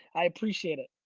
i appreciate it.